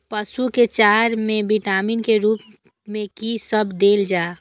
पशु के चारा में विटामिन के रूप में कि सब देल जा?